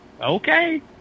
okay